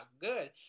good